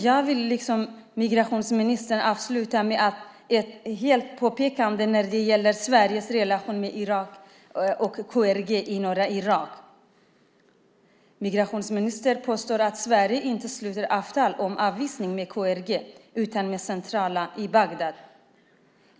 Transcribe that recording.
Jag vill avsluta med ett påpekande när det gäller Sveriges relation till Irak och KRG i norra Irak. Migrationsministern påstår att Sverige inte sluter avtal om avvisning med KRG utan centralt med Bagdad.